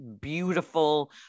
beautiful